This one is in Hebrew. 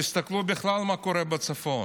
תסתכלו מה בכלל קורה בצפון.